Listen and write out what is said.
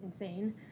insane